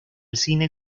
cine